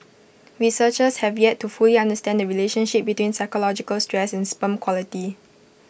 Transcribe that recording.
researchers have yet to fully understand the relationship between psychological stress and sperm quality